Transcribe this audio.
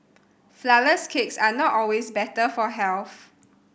flourless cakes are not always better for health